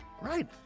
right